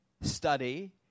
study